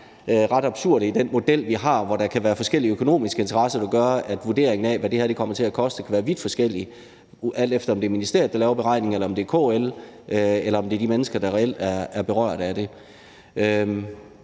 gange ret absurde i den model, vi har, hvor der kan være forskellige økonomiske interesser, der gør, at vurderingerne af, hvad det kommer til at koste, kan være vidt forskellige, alt efter om det er ministeriet, der laver beregningerne, eller om det er KL, eller om det er de mennesker, der reelt er berørt af det.